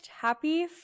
Happy